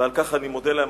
ועל כך אני מודה להם,